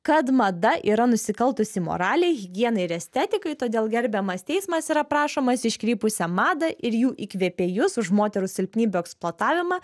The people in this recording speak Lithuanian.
kad mada yra nusikaltusi moralei higienai ir estetikai todėl gerbiamas teismas yra prašomas iškrypusią madą ir jų įkvėpėjus už moterų silpnybių eksploatavimą